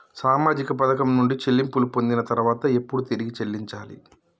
సామాజిక పథకం నుండి చెల్లింపులు పొందిన తర్వాత ఎప్పుడు తిరిగి చెల్లించాలి?